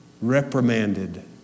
reprimanded